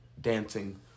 Dancing